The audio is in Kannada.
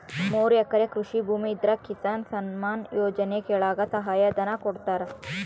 ಮೂರು ಎಕರೆ ಕೃಷಿ ಭೂಮಿ ಇದ್ರ ಕಿಸಾನ್ ಸನ್ಮಾನ್ ಯೋಜನೆ ಕೆಳಗ ಸಹಾಯ ಧನ ಕೊಡ್ತಾರ